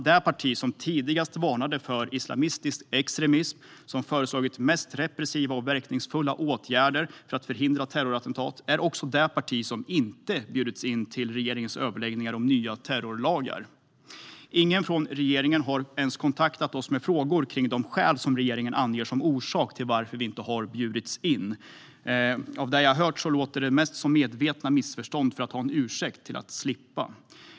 Det parti som tidigast varnade för islamistisk extremism och som föreslagit mest repressiva och verkningsfulla åtgärder för att förhindra terrorattentat är också det parti som inte bjudits in till regeringens överläggningar om nya terrorlagar. Ingen från regeringen har ens kontaktat oss med frågor kring de skäl som regeringen anger till att vi inte bjudits in. Av det jag hört låter det mest som medvetna missförstånd för att ha en ursäkt att slippa.